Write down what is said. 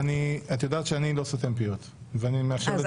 את יודעת שאני לא סותם פיות, ואני מאפשר לדבר.